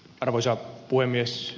hyvät kuulijat